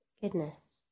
Goodness